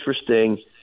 interesting